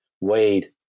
wade